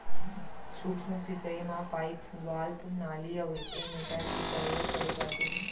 सूक्ष्म सिंचई म पाइप, वाल्व, नाली अउ एमीटर के परयोग करे जाथे